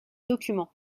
document